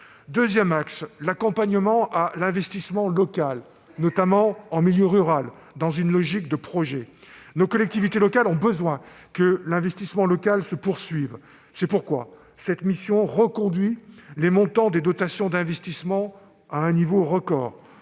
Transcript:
Deuxième axe : l'accompagnement à l'investissement local, notamment en milieu rural, dans une logique de projet. Nos collectivités locales ont besoin que l'investissement local se poursuive. C'est pourquoi cette mission reconduit les montants des dotations d'investissement à un niveau record